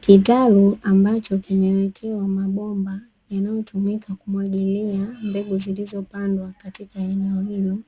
Kitalu ambacho kimewekewa mabomba, yanayotumika kumwagilia mbegu zilizopandwa katika eneo hilo